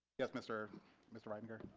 yes, mr mr reitinger